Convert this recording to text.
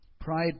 Pride